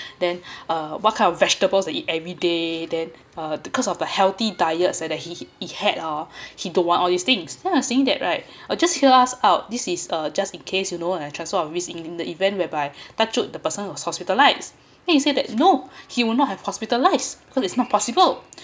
then what kind of vegetables they eat every day then uh because of a healthy diet said uh he he had oh he don't want all these things yeah he is saying that right uh just hear us out this is uh just in case you know and transfer of risk in the event whereby touchwood the person was hospitalized then he said that no he would not have hospitalized cause it's not possible